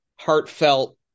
heartfelt